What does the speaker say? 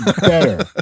better